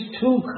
two